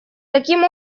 таким